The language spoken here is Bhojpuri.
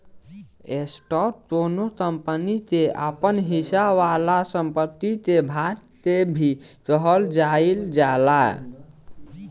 स्टॉक कौनो कंपनी के आपन हिस्सा वाला संपत्ति के भाग के भी कहल जाइल जाला